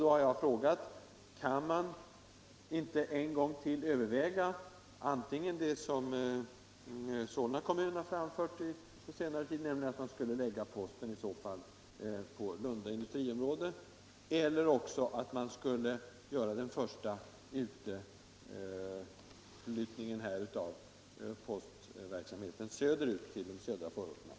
Då har jag frågat: Kan man inte en gång till överväga antingen det som Solna kommun har framfört på senare tid, nämligen att man skulle lägga postverkets terminal på Lunda industriområde, eller också göra den första utflyttningen av postverksamheten söderut, till de södra förorterna?